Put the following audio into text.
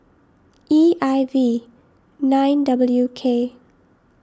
E I V nine W K